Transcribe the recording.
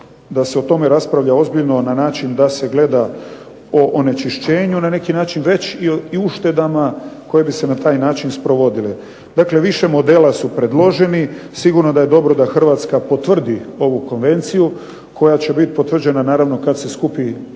da se o tome raspravlja ozbiljno na način da se gleda o onečišćenju na neki način već o uštedama koje bi se na takav način sprovodile. Dakle, više modela su predloženi, sigurno da je dobro da Hrvatska potvrdi ovu Konvenciju koja će biti potvrđena naravno kada se skupi